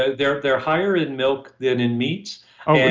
ah they're they're higher in milk than in meats oh, no,